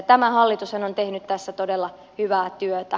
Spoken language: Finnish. tämä hallitushan on tehnyt tässä todella hyvää työtä